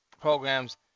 programs